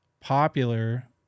popular